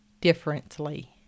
differently